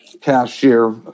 cashier